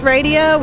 Radio